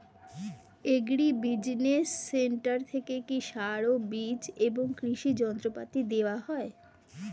Agri business centre থেকে কি সার ও বিজ এবং কৃষি যন্ত্র পাতি দেওয়া হয়?